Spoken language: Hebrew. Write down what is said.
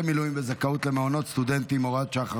מילואים בזכאות למעונות סטודנטים (הוראת שעה,